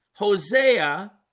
hosea,